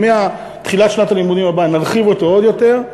מתחילת שנת הלימודים הבאה נרחיב אותו עוד יותר.